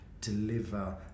deliver